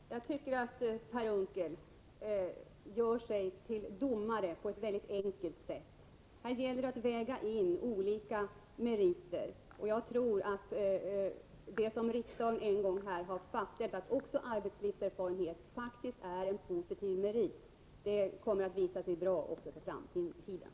Herr talman! Jag tycker att Per Unckel gör sig till domare på ett mycket enkelt sätt. Här gäller det att väga in olika meriter. Jag tror att det som riksdagen en gång har fastställt, att också arbetslivserfarenhet faktiskt är en positiv merit, kommer att visa sig gälla även för framtiden.